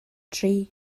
tri